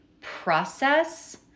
process